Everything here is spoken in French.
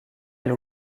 aile